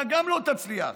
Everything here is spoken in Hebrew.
גם אתה לא תצליח,